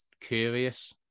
curious